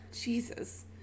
Jesus